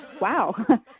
Wow